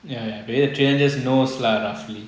ya knows lah roughly